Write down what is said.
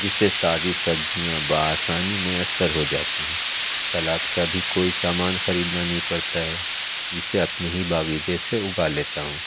جس سے تازی سبزیاں بآسانی میسر ہو جاتی ہیں سلاد کا بھی کوئی سامان خریدنا نہیں پڑتا ہے جسے اپنے ہی باغیچے سے اُگا لیتا ہوں